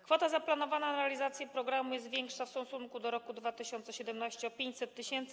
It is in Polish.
Kwota zaplanowana na realizację programu jest większa w stosunku do kwoty z roku 2017 r. o 500 tys.